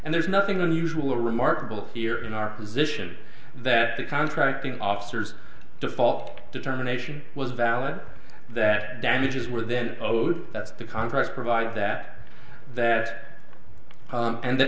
and there's nothing unusual or remarkable here in our position that the contracting officers devolved determination was valid that damages were then owed that the contract provides that that and the